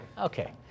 Okay